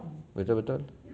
betul betul